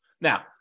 Now